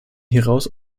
hieraus